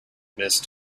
missed